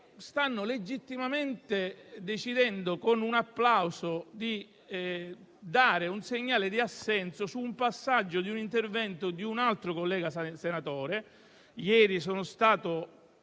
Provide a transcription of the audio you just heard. stanno legittimamente decidendo, con un applauso, di dare un segnale di assenso su un passaggio di un intervento di un altro collega senatore. Ieri sono stato